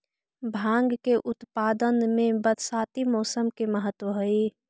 भाँग के उत्पादन में बरसाती मौसम के महत्त्व हई